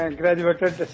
graduated